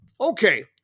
okay